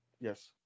Yes